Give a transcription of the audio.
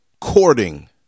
courting